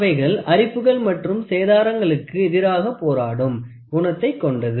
அவைகள் அரிப்புகள் மற்றும் சேதாரங்களுக்கு எதிராக போராடும் குணத்தை கொண்டது